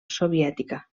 soviètica